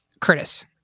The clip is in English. Curtis